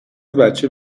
بچه